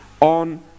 on